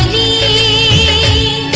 e